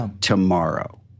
tomorrow